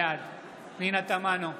בעד פנינה תמנו,